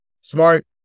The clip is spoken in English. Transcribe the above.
Smart